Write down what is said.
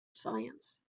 science